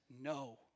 no